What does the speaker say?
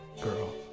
girl